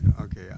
Okay